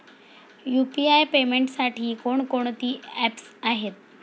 UPI पेमेंटसाठी कोणकोणती apps आहेत?